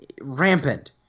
rampant